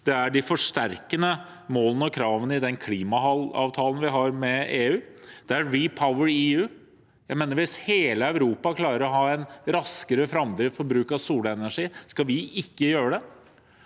for 55, de forsterkende målene og kravene i den klimaavtalen vi har med EU, eller REPowerEU. Hvis hele Europa klarer å ha en raskere framdrift for bruk av solenergi, skal vi da ikke gjøre det?